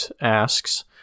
asks